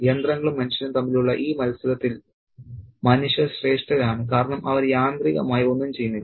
യന്ത്രങ്ങളും മനുഷ്യരും തമ്മിലുള്ള ഈ മത്സരത്തിൽ മനുഷ്യർ ശ്രേഷ്ഠരാണ് കാരണം അവർ യാന്ത്രികമായി ഒന്നും ചെയ്യുന്നില്ല